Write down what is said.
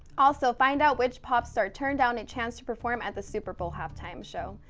also, find out which pop star turned down a chance to perform at the super bowl halftime show.